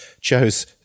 chose